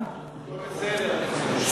הכול בסדר.